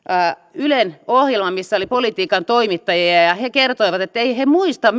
ylen ohjelman missä oli politiikan toimittajia ja he kertoivat että eivät he muista